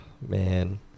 Man